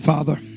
Father